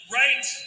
right